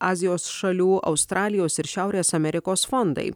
azijos šalių australijos ir šiaurės amerikos fondai